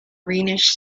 greenish